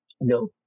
No